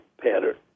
pattern